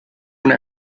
una